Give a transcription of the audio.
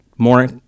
More